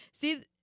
See